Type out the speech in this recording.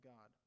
God